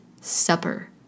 Supper